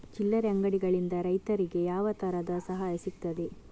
ಚಿಲ್ಲರೆ ಅಂಗಡಿಗಳಿಂದ ರೈತರಿಗೆ ಯಾವ ತರದ ಸಹಾಯ ಸಿಗ್ತದೆ?